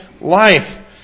life